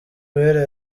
uwera